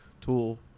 Tool